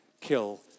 kill